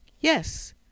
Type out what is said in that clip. Yes